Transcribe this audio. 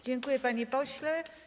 Dziękuję, panie pośle.